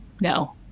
no